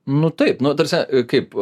nu taip nu ta prasme kaip